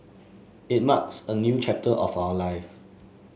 it marks a new chapter of our life